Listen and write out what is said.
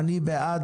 אני בעד.